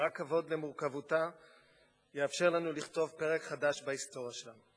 רק כבוד למורכבותה יאפשר לנו לכתוב פרק חדש בהיסטוריה שלה.